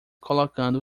colocando